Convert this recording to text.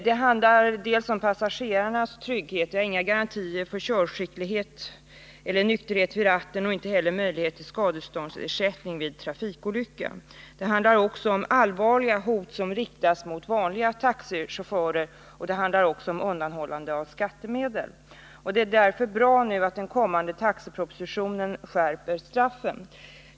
Det handlar om passagerarnas trygghet — vi har inte några garantier för körskicklighet eller nykterhet vid ratten och inte heller för möjlighet till skadestånd vid trafikolycka. Det handlar också om allvarliga hot som riktas mot vanliga taxichaufförer och om undanhållande av skattemedel. Därför är det bra att den kommande taxipropositionen nu skärper straffen.